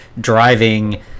driving